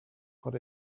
what